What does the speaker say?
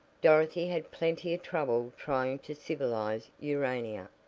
dorothy had plenty of trouble trying to civilize urania,